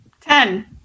Ten